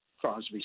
Crosby